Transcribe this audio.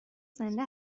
زنده